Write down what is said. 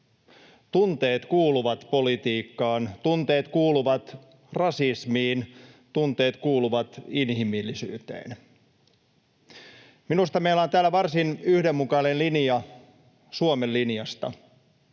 Tunteet kuuluvat politiikkaan, tunteet kuuluvat rasismiin, tunteet kuuluvat inhimillisyyteen. Minusta meillä on täällä varsin yhdenmukainen linja Suomen linjasta.